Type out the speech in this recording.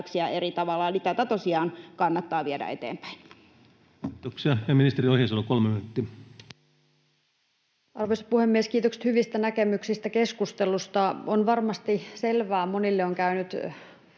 eri tavalla. Tätä tosiaan kannattaa viedä eteenpäin. Kiitoksia. — Ja ministeri Ohisalo, kolme minuuttia. Arvoisa puhemies! Kiitokset hyvistä näkemyksistä, keskustelusta. Varmasti monille on käynyt